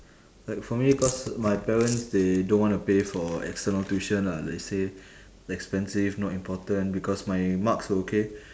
like for me cause my parents they don't wanna pay for external tuition lah they say expensive not important because my marks were okay